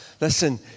Listen